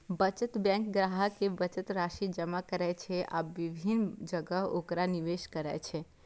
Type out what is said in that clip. बचत बैंक ग्राहक के बचत राशि जमा करै छै आ विभिन्न जगह ओकरा निवेश करै छै